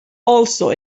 also